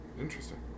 Interesting